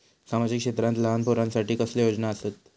सामाजिक क्षेत्रांत लहान पोरानसाठी कसले योजना आसत?